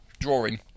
drawing